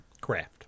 craft